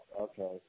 Okay